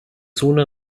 zone